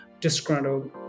disgruntled